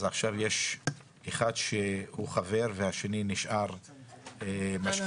אז עכשיו יש אחד שהוא חבר והשני נשאר משקיף,